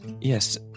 Yes